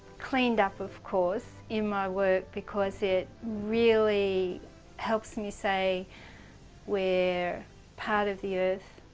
cleaned up of course, in my work because it really helps me say we're part of the earth,